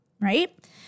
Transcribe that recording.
right